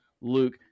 Luke